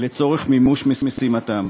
לצורך מימוש משימתם,